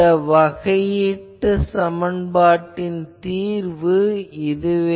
இந்த வகையீட்டு சமன்பாட்டின் தீர்வு இதுவே